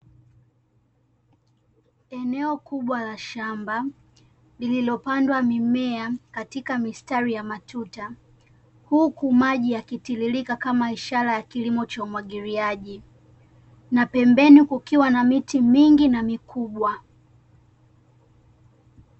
Eneo kubwa la shamba lililopandwa mimea katika mistari ya matuta, huku maji yakitiririka kama ishara ya kilimo cha Umwagiliaji. Na pembeni kukiwa na miti mingi na mikubwa.